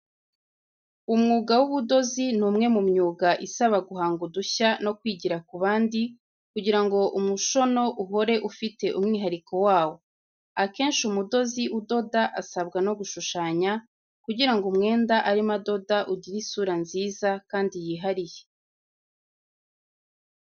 Umwuga w’ubudozi ni umwe mu myuga isaba guhanga udushya no kwigira ku bandi kugira ngo umushono uhore ufite umwihariko wawo. Akenshi umudozi udoda asabwa no gushushanya, kugira ngo umwenda arimo adoda ugire isura nziza kandi yihariye.